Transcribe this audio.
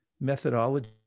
methodology